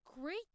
great